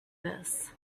this